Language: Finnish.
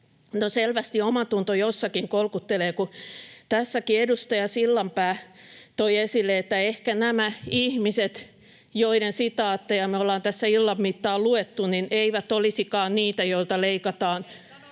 selvästi omatunto jossakin kolkuttelee, kun tässäkin edustaja Sillanpää toi esille, että ehkä nämä ihmiset, joiden sitaatteja me olemme tässä illan mittaan lukeneet, eivät olisikaan niitä, joilta leikataan,